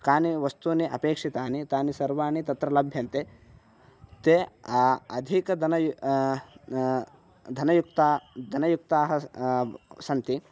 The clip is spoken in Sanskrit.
कानि वस्तूनि अपेक्षितानि तानि सर्वाणि तत्र लभ्यन्ते ते अधिकधनयुक्ताः धनयुक्ताः धनयुक्ताः सन्ति